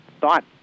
thought